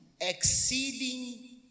exceeding